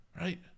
Right